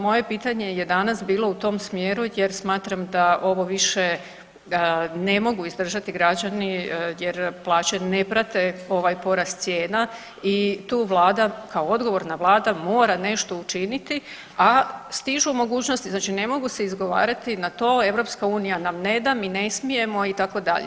Moje pitanje je danas bilo u tom smjeru jer smatram da ovo više ne mogu izdržati građani jer plaće ne prate ovaj porast cijena i tu vlada kao odgovorna vlada mora nešto učiniti, a stižu mogućnosti, znači ne mogu se izgovarati na to Europska unija nam ne da, mi ne smijemo itd.